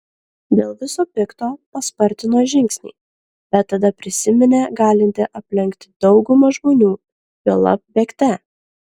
dėl viso pikto paspartino žingsnį bet tada prisiminė galinti aplenkti daugumą žmonių juolab bėgte